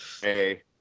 Hey